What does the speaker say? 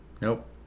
nope